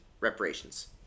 reparations